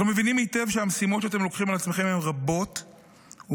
אנחנו מבינים היטב שהמשימות שאתם לוקחים על עצמכם הן רבות ומשמעותיות,